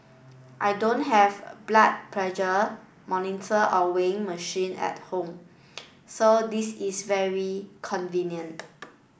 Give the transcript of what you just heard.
I don't have a blood pressure monitor or weighing machine at home so this is very convenient